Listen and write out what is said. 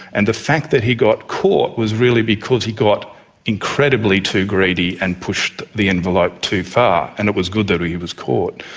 and the fact that he got caught was really because he got incredibly too greedy and pushed the envelope too far, and it was good that he he was caught.